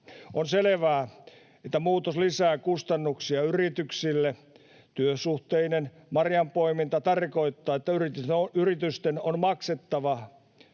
On selvää, että muutos lisää kustannuksia yrityksille. Työsuhteinen marjanpoiminta tarkoittaa sitä, että yritysten on maksettava